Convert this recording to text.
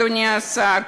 אדוני השר,